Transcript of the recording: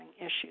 issues